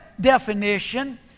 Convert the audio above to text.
definition